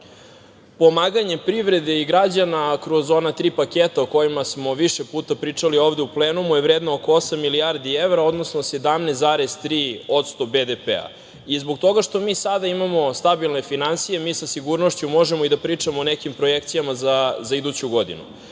pandemije. Pomaganje privrede i građana kroz ona tri paketa o kojima smo više puta pričali ovde u plenumu je vredno oko osam milijardi evra, odnosno 17,3% BDP-a. Zbog toga što mi sada imamo stabilne finansije, mi sa sigurnošću možemo i da pričamo o nekim projekcijama za iduću godinu.